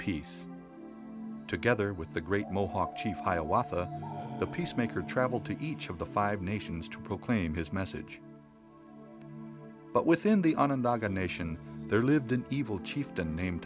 peace together with the great mohawk chief the peacemaker traveled to each of the five nations to proclaim his message but within the onondaga nation there lived an evil chieftain name